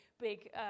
big